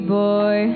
boy